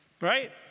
right